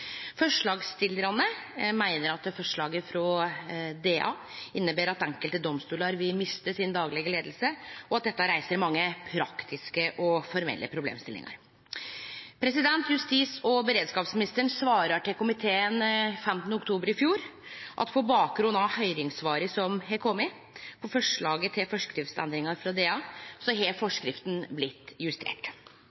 Forslagsstillarane meiner at forslaget frå DA inneber at enkelte domstolar vil miste si daglege leiing, og at dette reiser mange praktiske og formelle problemstillingar. Justis- og beredskapsministeren svara til komiteen 5. oktober i fjor at på bakgrunn av høyringssvara som har kome på forslaget til forskriftsendringar frå DA, har